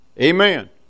Amen